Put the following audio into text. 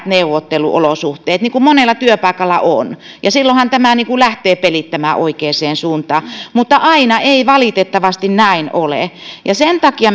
neuvotteluolosuhteet niin kuin monella työpaikalla on ja silloinhan tämä niin kuin lähtee pelittämään oikeaan suuntaan mutta aina ei valitettavasti näin ole ja sen takia